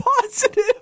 positive